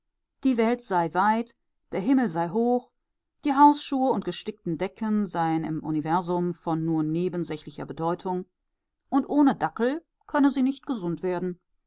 die welt sei weit der himmel sei hoch die hausschuhe und gestickten decken seien im universum von nur nebensächlicher bedeutung und ohne dackel könne sie nicht gesund werden